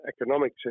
economic